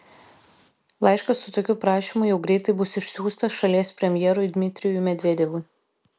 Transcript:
laiškas su tokiu prašymu jau greitai bus išsiųstas šalies premjerui dmitrijui medvedevui